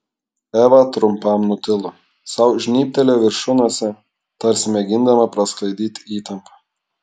eva trumpam nutilo sau žnybtelėjo viršunosę tarsi mėgindama prasklaidyti įtampą